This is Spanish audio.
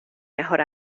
mejor